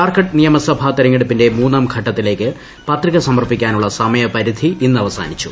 ഝാർഖണ്ഡ് നിയമസഭാ തെരഞ്ഞെടുപ്പിന്റെ മൂന്നാം ഘട്ടത്തിലേക്ക് പത്രിക സമർപ്പിക്കാനുള്ള സമയപരിധി ഇന്ന് അവസാനിച്ചു